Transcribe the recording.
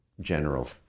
general